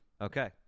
okay